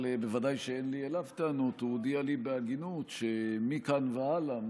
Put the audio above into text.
אבל בוודאי שאין לי אליו טענות הוא הודיע לי בהגינות שמכאן והלאה,